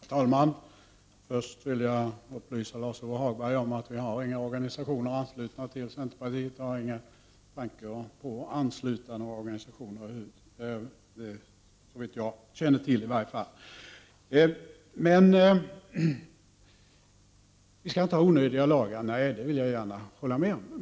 Herr talman! Först vill jag upplysa Lars-Ove Hagberg om att inga organisationer är anslutna till centerpartiet — det finns heller inte någon tanke på sådan anslutning, i varje fall så vitt jag känner till. Vi skall inte ha onödiga lagar. Nej, det håller jag gärna med om.